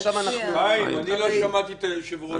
לא מוכן לזה.